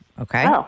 okay